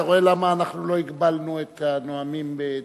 אתה רואה למה לא הגבלנו את הנואמים בדבריהם?